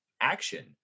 action